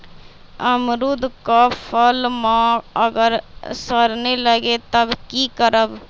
अमरुद क फल म अगर सरने लगे तब की करब?